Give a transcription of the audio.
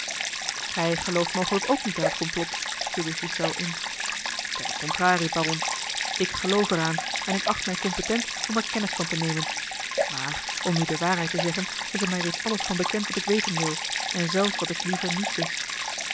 gij gelooft mogelijk ook niet aan het complot viel de ghiselles in ter contrarie baron ik geloof er aan en ik acht mij competent om er kennis van te nemen maar om u de waarheid te zeggen is er mij reeds alles van bekend wat ik weten wil en zelfs wat ik liever niet wist